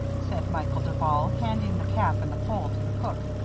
said michael duval, handing the cap and the pole to the cook,